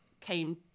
came